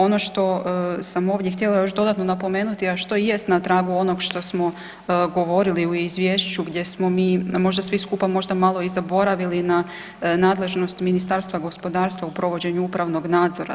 Ono što sam ovdje htjela još dodatno napomenuti, a što jest na tragu onog što smo govorili u izvješću gdje smo mi možda svi skupa možda malo i zaboravili i na nadležnost Ministarstva gospodarstva u provođenju upravnog nadzora.